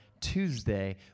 Tuesday